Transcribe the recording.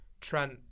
Trent